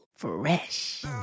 fresh